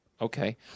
Okay